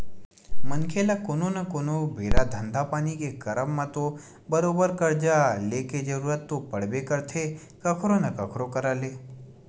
मनखे ल कोनो न कोनो बेरा धंधा पानी के करब म तो बरोबर करजा लेके जरुरत तो पड़बे करथे कखरो न कखरो करा ले